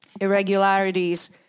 irregularities